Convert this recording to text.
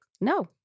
No